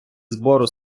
збору